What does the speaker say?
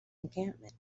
encampment